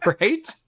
Right